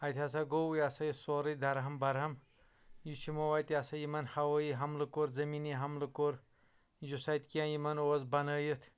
اَتہِ ہَسا گوٚو یا سا یہِ سورُے درہم برہم یہِ چھُ یمو اَتہِ یا سا یہِ ہَوٲیی حَملہٕ کوٚر زمیٖنی حملہٕ کوٚر یُس اَتہِ کیٚنٛہہ یمن اوس بَنٲوِتھ